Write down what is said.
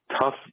Tough